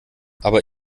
aber